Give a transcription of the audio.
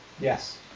Yes